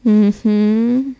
mmhmm